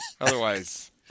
Otherwise